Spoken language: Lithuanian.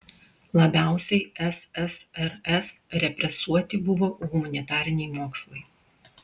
labiausiai ssrs represuoti buvo humanitariniai mokslai